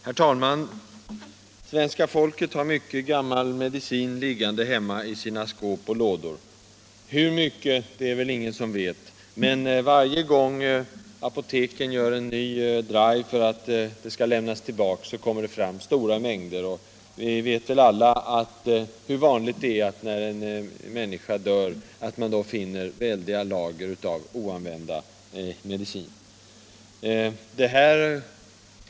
Herr talman! Svenska folket har mycken gammal medicin liggande hemma i sina skåp och lådor. Hur mycket är det väl ingen som vet, men varje gång apoteken gör en ny drive för att gammal medicin skall lämnas tillbaka, så kommer det in stora mängder. Vi vet alla hur vanligt det är att man, när en människa dött, finner väldiga lager av oanvända mediciner.